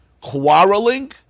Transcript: quarreling